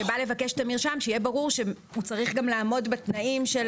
שבא לבקש את המרשם צריך לעמוד בתנאים.